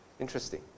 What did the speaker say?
Interesting